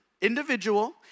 individual